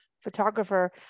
photographer